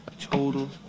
total